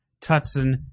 Tutson